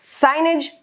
signage